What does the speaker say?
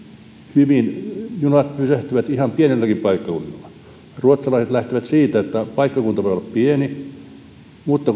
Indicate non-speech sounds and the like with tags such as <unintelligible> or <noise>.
hyvin junat pysähtyvät ihan pienilläkin paikkakunnilla ruotsalaiset lähtevät siitä että paikkakunta voi olla pieni mutta <unintelligible>